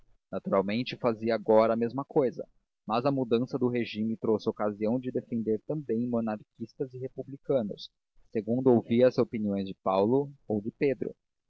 naturalmente fazia agora a mesma cousa mas a mudança do regímen trouxe ocasião de defender também monarquistas e republicanos segundo ouvia as opiniões de paulo ou de pedro